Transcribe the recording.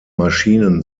maschinen